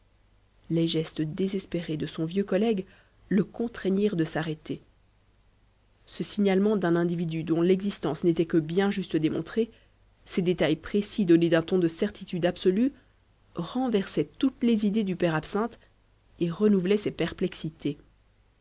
les gestes désespérés de son vieux collègue le contraignirent de s'arrêter ce signalement d'un individu dont l'existence n'était que bien juste démontrée ces détails précis donnés d'un ton de certitude absolue renversaient toutes les idées du père absinthe et renouvelaient ses perplexités